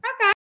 Okay